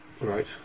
Right